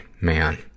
Man